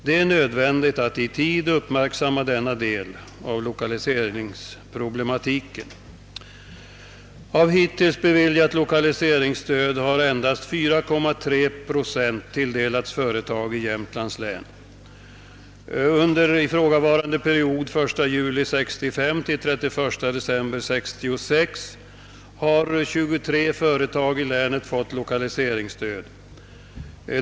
Det är nödvändigt att i tid uppmärksamma denna del av loka Av hittills beviljat lokaliseringsstöd har endast 4,3 procent tilldelats företag i Jämtlands län. Under ifrågavarande period, 1 juli 1965—31 december 1966, har 23 företag i länet fått lokaliseringsstöd.